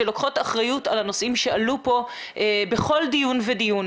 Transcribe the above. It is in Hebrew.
שלוקחות אחריות על הנושאים שעלו כאן בכל דיון ודיון,